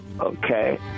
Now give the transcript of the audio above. Okay